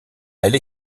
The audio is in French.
elle